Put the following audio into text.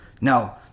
Now